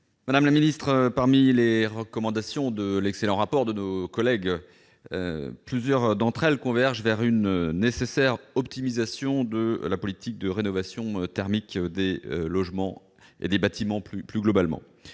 Stéphane Piednoir. Parmi les recommandations de l'excellent rapport de nos collègues, plusieurs d'entre elles convergent vers une nécessaire optimisation de la politique de rénovation thermique des logements et, plus globalement,